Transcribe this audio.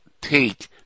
take